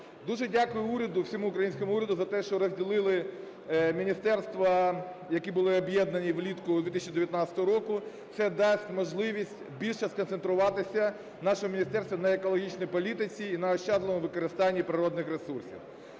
Дуже дякую уряду, всьому українському уряду за те, що розділили міністерства, які були об'єднані влітку 2019 року. Це дасть можливість більше сконцентруватися в нашому міністерстві на екологічній політиці і на ощадливому використанні природних ресурсів.